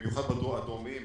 במיוחד הדרומיים,